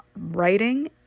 writing